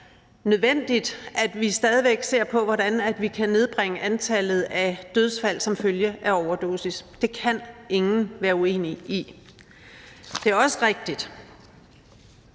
og nødvendigt, at vi stadig væk ser på, hvordan vi kan nedbringe antallet af dødsfald som følge af overdosis. Det kan ingen være uenig i. Det er også rigtigt,